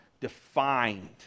defined